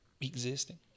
existing